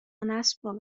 نسپار